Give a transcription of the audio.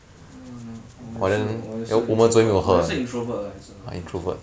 oh no 我也是我也是 introvert 我也是 introvert lah so 不用紧